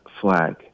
flag